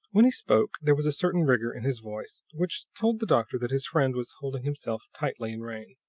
when he spoke there was a certain rigor in his voice, which told the doctor that his friend was holding himself tightly in rein.